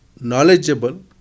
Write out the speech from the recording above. knowledgeable